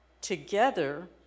together